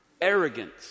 arrogance